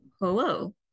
Hello